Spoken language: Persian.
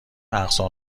اقصا